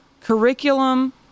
curriculum